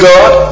God